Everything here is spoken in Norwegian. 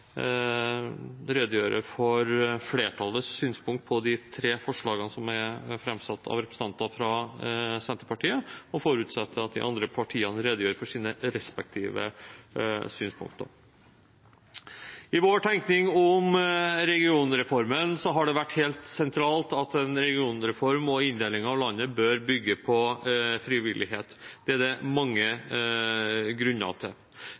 redegjøre for flertallets synspunkt på de tre forslagene som er framsatt av representanter fra Senterpartiet, og forutsetter at de andre partiene redegjør for sine respektive synspunkter. I vår tenkning om regionreformen har det vært helt sentralt at en regionreform og inndeling av landet bør bygge på frivillighet. Det er det mange grunner til.